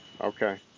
Okay